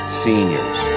seniors